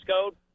code